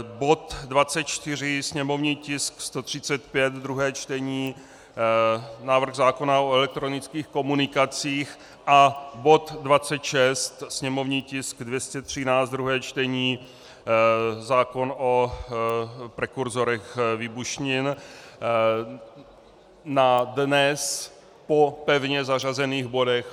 Bod 24, sněmovní tisk 135, druhé čtení, návrh zákona o elektronických komunikacích, a bod 26, sněmovní tisk 213, druhé čtení, zákon o prekursorech výbušnin, na dnes po pevně zařazených bodech.